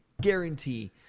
guarantee